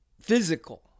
physical